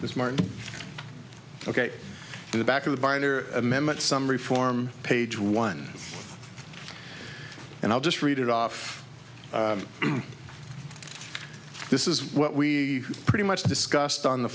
this martin ok in the back of the binder amendment summary form page one and i'll just read it off this is what we pretty much discussed on the